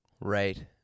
Right